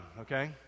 okay